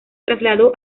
trasladó